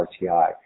RTI